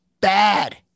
bad